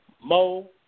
Mo